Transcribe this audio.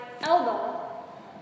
elbow